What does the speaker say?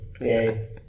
Yay